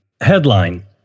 Headline